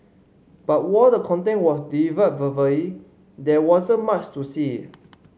but while the content was delivered verbally there wasn't much to see